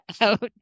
out